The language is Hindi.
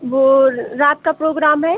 वह रात का प्रोग्राम है